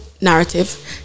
narrative